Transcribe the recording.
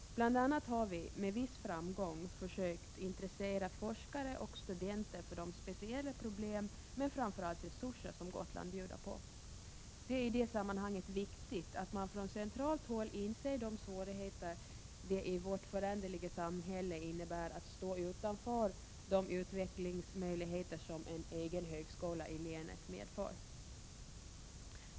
Bl. a. har vi, med viss framgång, försökt intressera forskare och studenter för de speciella problem men framför allt resurser som Gotland erbjuder. Det är i det sammanhanget viktigt att man från centralt håll inser de svårigheter det i vårt föränderliga samhälle innebär att stå utanför de utvecklingsmöjligheter som en högskola i länet medför.